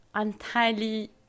entirely